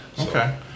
Okay